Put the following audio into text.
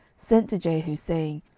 sent to jehu, saying,